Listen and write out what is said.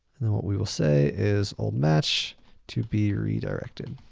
what we will say is old match to be redirected.